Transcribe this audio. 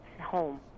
home